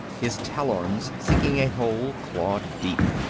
his talons, seeking a hold, clawed deep.